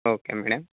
okay madam